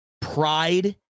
pride